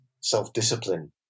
self-discipline